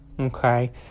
Okay